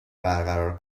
برقرار